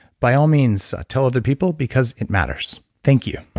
by all means tell other people because it matters. thank you